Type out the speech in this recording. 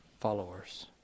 followers